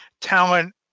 talent –